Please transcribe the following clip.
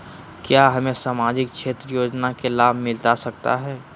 क्या हमें सामाजिक क्षेत्र योजना के लाभ मिलता सकता है?